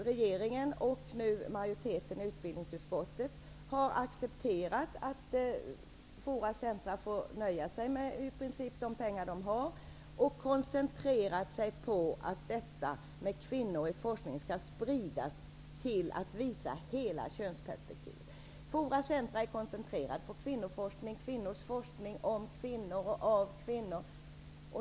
Regeringen och nu även majoriteten i utbildningsutskottet har accepterat att forum centrum är koncentrerade på kvinnoforskning, forskning om och av kvinnor.